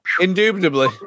indubitably